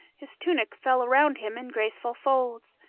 his tunic fell around him in graceful folds,